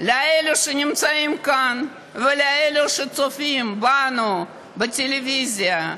לאלה שנמצאים כאן ולאלה שצופים בנו בטלוויזיה,